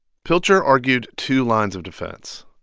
pilcher argued two lines of defense.